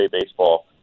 Baseball